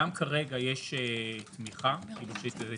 גם כרגע יש תמיכה שנתית.